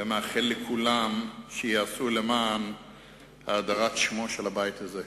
ומאחל לכולם שיעשו למען האדרת שמו של הבית הזה.